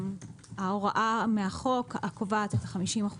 ההוראה מהחוק הקובעת את ה-50%,